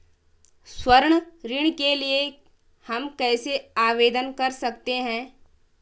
स्वर्ण ऋण के लिए हम कैसे आवेदन कर सकते हैं?